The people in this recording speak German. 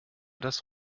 das